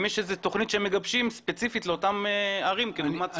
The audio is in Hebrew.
האם יש איזושהי תוכנית שמגבשים ספציפית לאותן ערים כדוגמת צפת?